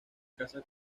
casas